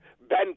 Ben